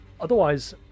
otherwise